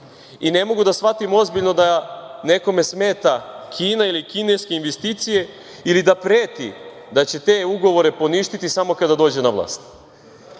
mogu da shvatim ozbiljno da nekome smeta Kina ili kineske investicije, ili da preti da će te ugovore poništiti samo kada dođe na vlast.